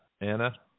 Anna